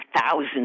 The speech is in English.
thousands